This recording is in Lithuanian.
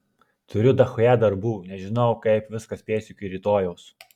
turiu dachuja darbų nežinau kaip viską spėsiu iki rytojaus